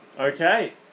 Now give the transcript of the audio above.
Okay